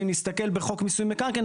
אם אנחנו נסתכל על חוק המיסוי במקרקעין,